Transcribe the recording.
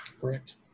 Correct